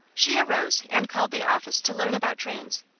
she arose and called the office to learn about trains,